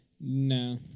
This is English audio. No